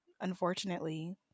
unfortunately